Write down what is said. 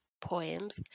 poems